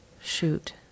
shoot